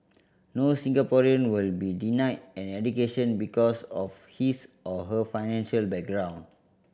no Singaporean will be denied an education because of his or her financial background